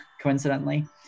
coincidentally